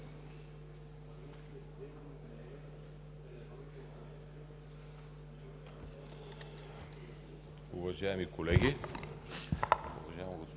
Уважаеми колеги,